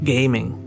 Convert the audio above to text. Gaming